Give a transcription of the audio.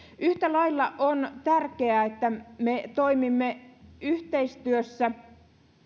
yhtä lailla on tärkeää että me toimimme yhteistyössä